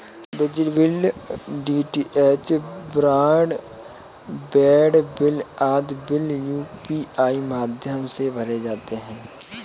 बिजली bill, DTH broadband bill आदि bill UPI माध्यम से भरे जा सकते हैं